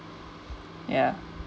ya